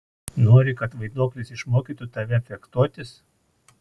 nori kad vaiduoklis išmokytų tave fechtuotis